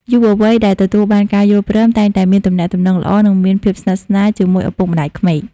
យុវវ័យដែលទទួលបានការយល់ព្រម តែងតែមានទំនាក់ទំនងល្អ និងមានភាពស្និទ្ធស្នាលជាមួយឪពុកម្ដាយក្មេក។